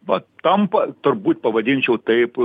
vat tampa turbūt pavadinčiau taip